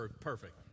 perfect